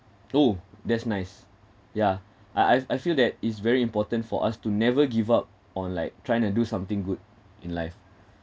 oh that's nice yeah ah I I feel that it's very important for us to never give up on like trying to do something good in life